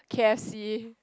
k_f_c